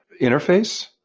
interface